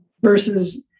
versus